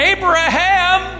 Abraham